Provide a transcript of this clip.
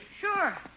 Sure